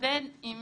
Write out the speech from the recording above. מתמודד עם